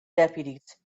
deputies